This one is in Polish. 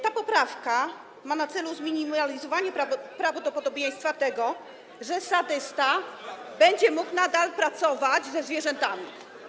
Ta poprawka ma na celu zminimalizowanie prawdopodobieństwa tego, że sadysta będzie mógł nadal pracować ze zwierzętami.